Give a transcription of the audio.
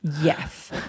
Yes